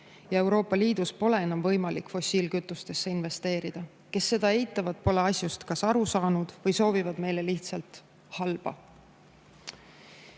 ja Euroopa Liidus pole enam võimalik fossiilkütustesse investeerida. Kes seda eitavad, pole asjust kas aru saanud või soovivad meile lihtsalt halba. Just